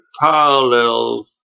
parallel